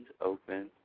open